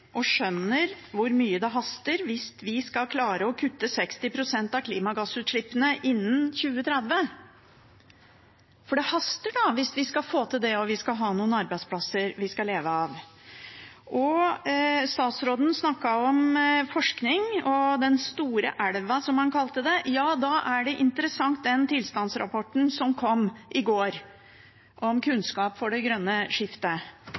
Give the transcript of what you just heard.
og skjønner hvor mye det haster, hvis vi skal klare å kutte 60 pst. av klimagassutslippene innen 2030. Det haster hvis vi skal få til det, og ha noen arbeidsplasser vi skal leve av. Statsråden snakket om forskning og den «store elven», som han kalte det. Ja, da er den interessant, den tilstandsrapporten som kom i går, Kunnskap for det grønne skiftet,